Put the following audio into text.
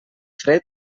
fred